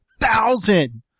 thousand